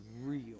real